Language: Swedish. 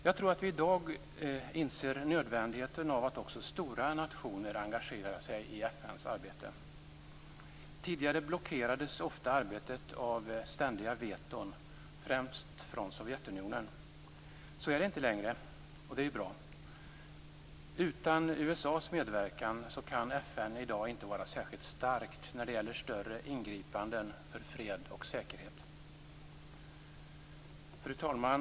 Jag tror att vi i dag inser nödvändigheten av att också stora nationer engagerar sig i FN:s arbete. Tidigare blockerades ofta arbetet av ständiga veton - främst från Sovjetunionen. Så är det inte längre, och det är bra. Utan USA:s medverkan kan FN i dag inte vara särskilt starkt när det gäller större ingripanden för fred och säkerhet. Fru talman!